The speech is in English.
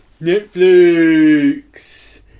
netflix